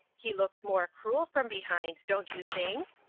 he looks more cruel from behind, don't you think?